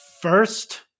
first